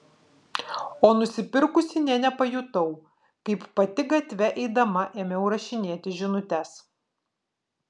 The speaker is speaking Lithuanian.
o nusipirkusi nė nepajutau kaip pati gatve eidama ėmiau rašinėti žinutes